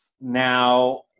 now